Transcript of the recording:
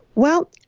well,